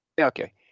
Okay